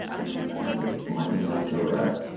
waiting for my email to arrive.